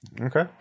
Okay